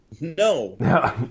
No